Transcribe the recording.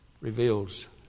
reveals